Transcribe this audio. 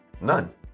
None